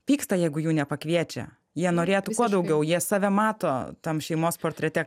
pyksta jeigu jų nepakviečia jie norėtų kuo daugiau jie save mato tam šeimos portrete